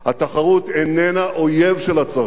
התחרות איננה אויב של הצרכן,